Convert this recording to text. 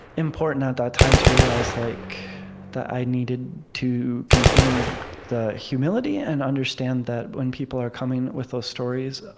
important, at that time, to realize like that i needed to continue the humility and understand that when people are coming with those stories